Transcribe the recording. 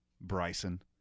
Bryson